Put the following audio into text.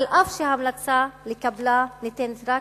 אף שההמלצה לקבלה ניתנת רק